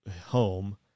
home